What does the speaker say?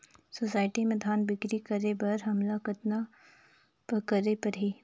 Society म धान बिक्री करे बर हमला कतना करे परही?